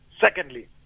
Secondly